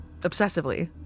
obsessively